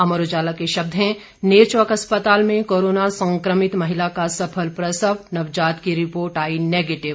अमर उजाला के शब्द हैं नेरचौक अस्पताल में कोरोना संक्रमित महिला का सफल प्रसव नवजात की रिपोर्ट आई निगेटिव